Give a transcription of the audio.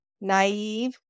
naive